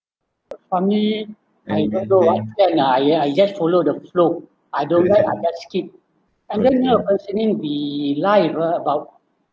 for me I even though I explain ah ya I just follow the flow I don't like I just skip and then uh personally we lie ah about